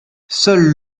seul